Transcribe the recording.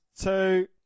Two